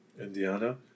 Indiana